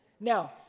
Now